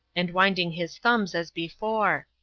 and winding his thumbs, as before.